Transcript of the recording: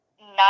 nine